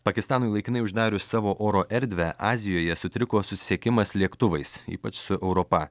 pakistanui laikinai uždarius savo oro erdvę azijoje sutriko susisiekimas lėktuvais ypač su europa